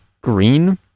green